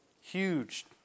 Huge